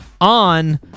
on